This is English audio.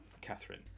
Catherine